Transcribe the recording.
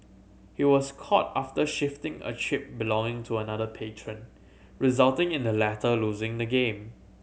he was caught after shifting a chip belonging to another patron resulting in the latter losing the game